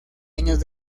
años